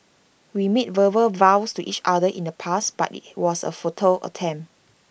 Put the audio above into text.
we made verbal vows to each other in the past but IT was A futile attempt